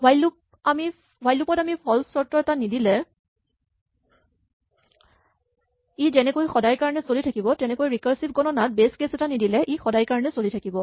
while loop ত আমি false চৰ্ত এটা নিদিলে ই যেনেকৈ সদায়ৰ কাৰণে চলি থাকিব তেনেকৈয়ে ৰিকাৰছিভ গণনাত বেচ কেচ এটা নিদিলে ই সদায়ৰ কাৰণে চলি থাকিব